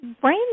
brain